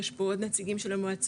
יש פה עוד נציגים של המועצות,